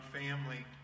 family